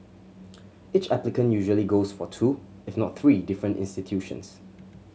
each applicant usually goes for two if not three different institutions